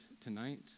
tonight